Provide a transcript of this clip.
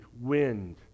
wind